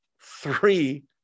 three